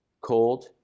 cold